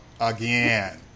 again